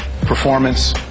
performance